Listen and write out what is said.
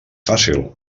fàcil